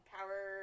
Power